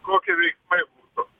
kokie veiksmai būtų